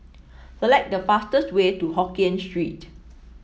select the fastest way to Hokkien Street